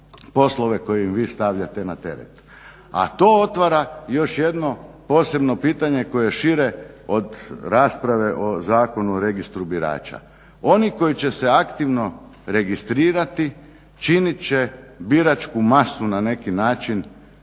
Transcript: poslove koje im vi stavljate na teret. A to otvara još jedno posebno pitanje koje je šire od rasprave o Zakonu o registru birača. Ono koji će se aktivno registrirati činit će biračku masu na neki način